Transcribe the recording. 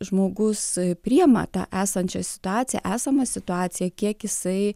žmogus priėma tą esančią situaciją esamą situaciją kiek jisai